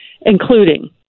including